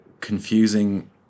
confusing